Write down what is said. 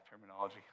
terminology